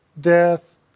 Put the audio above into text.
death